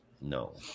No